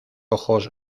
ojos